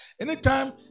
Anytime